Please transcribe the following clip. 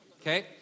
okay